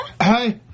Hi